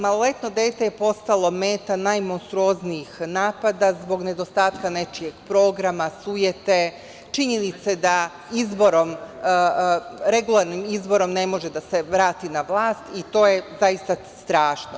Maloletno dete je postalo meta najmonstruoznijih napada, zbog nedostatka nečijeg programa, sujete, činjenice da regularnim izborom ne može da se vrati na vlast i to je zaista strašno.